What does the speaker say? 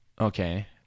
Okay